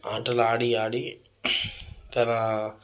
ఆటలు ఆడి ఆడి తన